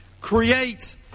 create